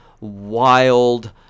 wild